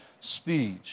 speech